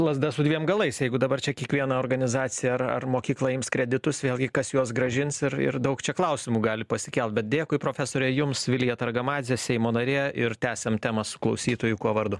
lazda su dviem galais jeigu dabar čia kiekviena organizacija ar ar mokykla ims kreditus vėlgi kas juos grąžins ir ir daug čia klausimų gali pasikelt bet dėkui profesore jums vilija targamadzė seimo narė ir tęsiam temas klausytoju kuo vardu